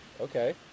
okay